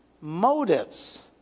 motives